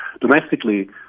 Domestically